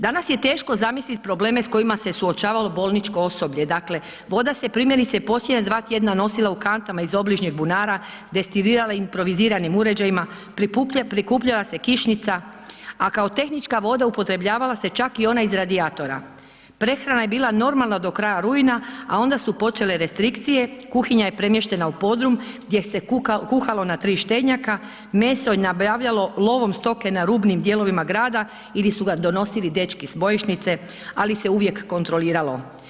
Danas je teško zamislit probleme s kojima se suočavalo bolničko osoblje, dakle voda se primjerice posljednja dva tjedna nosila u kantama iz obližnjeg bunara, destilirala improviziranim uređajima, prikupljala se kišnica, a kao tehnička voda upotrebljavala se čak i ona iz radijatora, prehrana je bila normalna do kraja rujna, a onda su počele restrikcije, kuhinja je premještena u podrum gdje se kuhalo na tri štednjaka, meso je nabavljalo lovom stoke na rubnim dijelovima grada ili su ga donosili dečki s bojišnice, ali se uvijek kontroliralo.